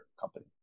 company